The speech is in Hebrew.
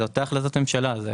זאת אותה החלטת ממשלה.